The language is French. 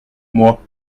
moi